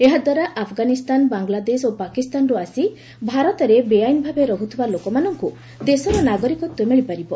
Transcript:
ଏହାଦ୍ୱାରା ଆଫଗାନିସ୍ଥାନ ବାଂଲାଦେଶ ଓ ପାକିସ୍ତାନରୁ ଆସି ଭାରତରେ ବେଆଇନଭାବେ ରହୁଥିବା ଲୋକମାନଙ୍କୁ ଦେଶର ନାଗରିକତ୍ୱ ମିଳିପାରିବ